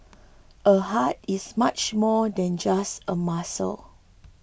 a heart is much more than just a muscle